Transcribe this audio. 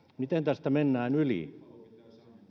miten tästä mennään yli